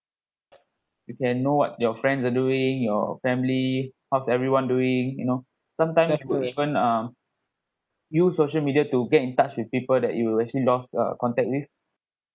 you can know what your friends are doing your family how's everyone doing you know sometimes even um use social media to get in touch with people that you will actually lost uh contact with